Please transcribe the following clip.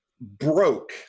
broke